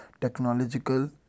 Technological